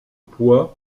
pois